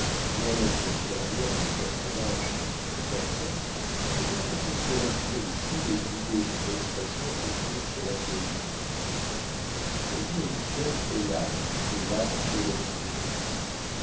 et à la vie antérieure des personnages qui en sont les acteurs peut-être faut-il résumer ici les idées dont l'expression se trouve chez la vieille fille la vie habituelle fait l'âme et l'âme fait la physionomie